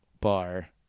Bar